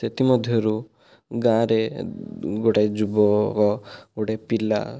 ସେଥିମଧ୍ୟରୁ ଗାଁରେ ଗୋଟାଏ ଯୁବକ ଗୋଟିଏ ପିଲା